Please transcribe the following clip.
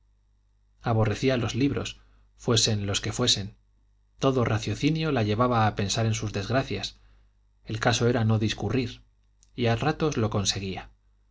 aborrecía los libros fuesen los que fuesen todo raciocinio la llevaba a pensar en sus desgracias el caso era no discurrir y a ratos lo conseguía